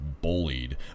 bullied